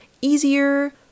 easier